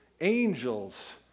angels